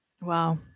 wow